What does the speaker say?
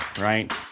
right